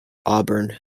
auburn